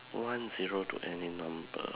one zero to any number